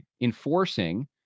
enforcing